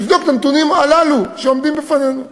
לבדוק את הנתונים הללו שעומדים בפנינו.